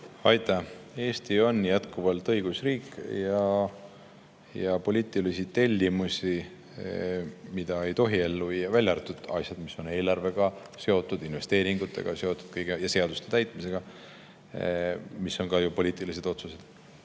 Aitäh! Eesti on jätkuvalt õigusriik ja poliitilisi tellimusi ei tohi ellu viia, välja arvatud asjad, mis on seotud eelarvega, investeeringutega ja seaduste täitmisega, mis on ka ju poliitilised otsused.